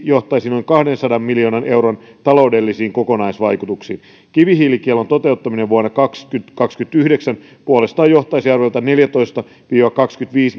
johtaisi noin kahdensadan miljoonan euron taloudellisiin kokonaisvaikutuksiin kivihiilikiellon toteuttaminen vuonna kaksituhattakaksikymmentäyhdeksän puolestaan johtaisi arviolta neljäntoista viiva kahdenkymmenenviiden